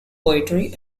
poetry